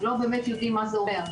הם לא באמת יודעים מה זה אומר,